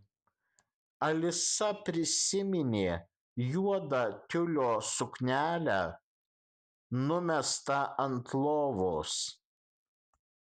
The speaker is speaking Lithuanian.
alisa prisiminė juodą tiulio suknelę numestą ant lovos